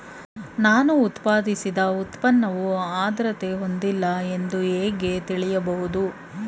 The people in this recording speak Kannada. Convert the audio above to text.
ನಾನು ಉತ್ಪಾದಿಸಿದ ಉತ್ಪನ್ನವು ಆದ್ರತೆ ಹೊಂದಿಲ್ಲ ಎಂದು ಹೇಗೆ ತಿಳಿಯಬಹುದು?